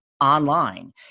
online